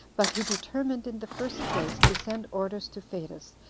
but he determined, in the first place, to send orders to fadus,